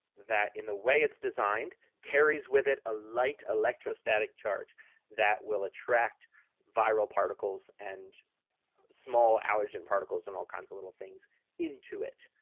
that in the way it's designed carries with it a light electrostatic charge that will attract viral particles and small allergen particles and all kinds of little things into it.